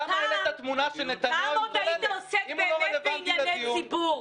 פעם עוד היית עוסק באמת בענייני ציבור,